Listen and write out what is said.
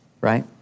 right